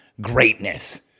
greatness